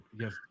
Yes